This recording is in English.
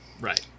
Right